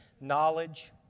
knowledge